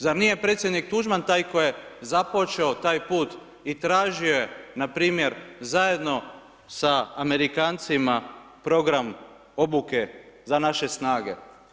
Zar nije predsjednik Tuđman taj koji je započeo taj put i tražio je, na primjer, zajedno sa Amerikancima, program obuke za naše snage?